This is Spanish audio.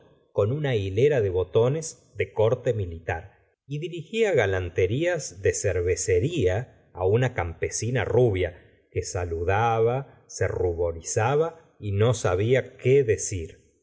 con una hilera de botones de corte militar y dirigía galanterías de cervecería una campesina rubia que saludaba se ruborizaba y no sabía qué decir